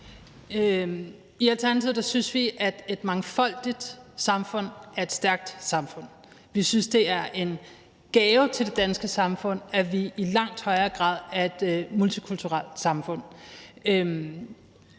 I Alternativet synes vi, at et mangfoldigt samfund er et stærkt samfund. Vi synes, det er en gave til det danske samfund, at vi i langt højere grad er et multikulturelt samfund.